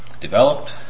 developed